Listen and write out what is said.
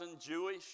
Jewish